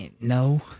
No